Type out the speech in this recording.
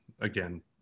again